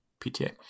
PTA